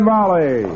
Molly